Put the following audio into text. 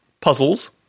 Puzzles